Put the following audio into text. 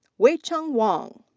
weicheng wang.